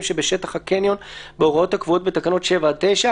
שבשטח הקניון בהוראות הקבועות בתקנות 7 עד 9,